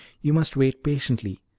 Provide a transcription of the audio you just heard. you must wait patiently,